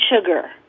sugar